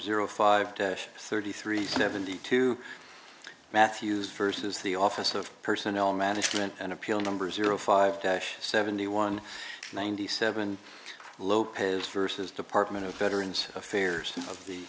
zero five thirty three seventy two matthews versus the office of personnel management and appeal number zero five dash seventy one ninety seven lopez versus department of veterans affairs of the